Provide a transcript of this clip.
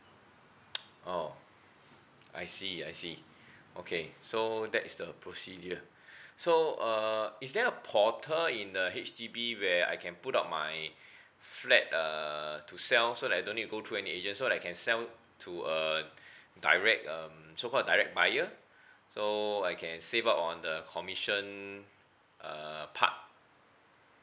oh I see I see okay so that is the procedure so err is there a portal in the H_D_B where I can put up my flat uh to sell so that I don't need to go through any agent so that I can sell to uh direct um so called direct buyer so I can save up on the commission uh part